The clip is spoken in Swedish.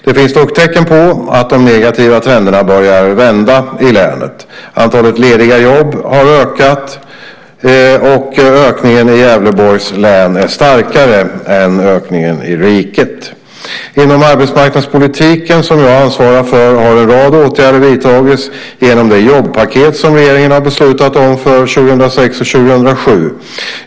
Det finns dock tecken på att de negativa trenderna börjar vända i länet. Antalet lediga jobb har ökat i länet. Ökningen i Gävleborgs län är starkare än i riket. Inom arbetsmarknadspolitiken, som jag ansvarar för, har en rad åtgärder vidtagits genom det jobbpaket som regeringen har beslutat om för 2006 och 2007.